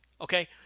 okay